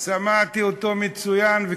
שמעתי אותו מצוין.